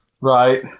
Right